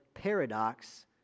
paradox